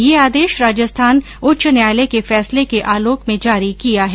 यह आदेश राजस्थान उच्च न्यायालय के फैसले के आलोक में जारी किया है